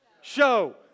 show